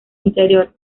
interior